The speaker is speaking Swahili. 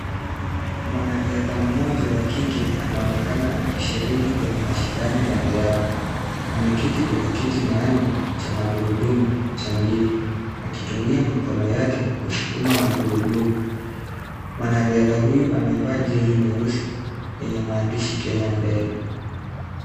Mwanariadha mmoja wa kike anaonekana akishiriki kwenye mashindano ya riadha , ameketi kwenye kiti maalumu cha magurudumu cha mbio akitumia mikono yake kusukuma magurudumu ,mwanariadha huyu amevaa jezi nyeusi yenye maandishi Kenya mbele.